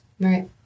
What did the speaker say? Right